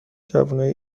جوونای